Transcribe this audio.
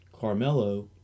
Carmelo